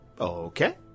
Okay